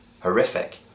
horrific